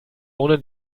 ohne